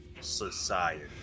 society